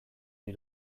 ohi